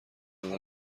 نظر